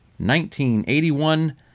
1981